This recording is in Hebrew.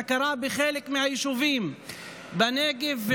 הכרה בחלק מהיישובים בנגב ועוד עשרות תחומים.